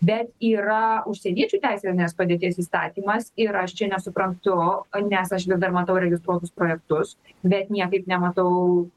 bet yra užsieniečių teisinės padėties įstatymas ir aš čia nesuprantu nes aš vis dar matau registruotus projektus bet niekaip nematau